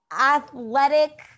athletic